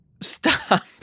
Stop